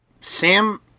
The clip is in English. Sam